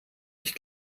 ich